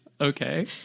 Okay